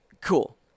cool